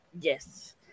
Yes